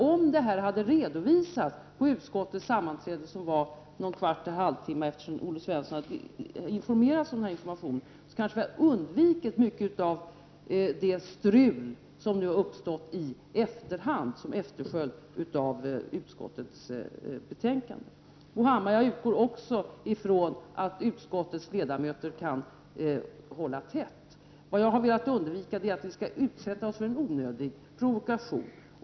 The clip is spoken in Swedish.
Om det här hade redovisats på utskottets sammanträde någon kvart eller halvtimme efter det att Olle Svensson hade informerats, hade vi kanske undvikit mycket av det strul som nu uppstått i efterhand, som en följd av utskottets betänkande. Bo Hammar, också jag utgår ifrån att utskottets ledamöter kan hålla tätt. Vad jag har velat undvika är att vi skall utsätta oss för en onödig provokation.